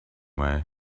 way